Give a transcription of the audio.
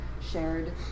shared